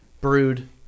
brood